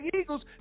eagles